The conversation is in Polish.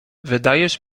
wydajesz